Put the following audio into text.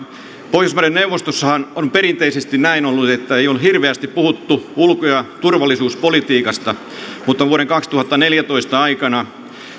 pohjoismaiden neuvostossahan on perinteisesti näin ollut ettei ole hirveästi puhuttu ulko ja turvallisuuspolitiikasta mutta vuoden kaksituhattaneljätoista aikana